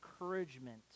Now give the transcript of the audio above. encouragement